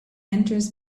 enters